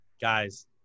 guys